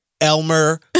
Elmer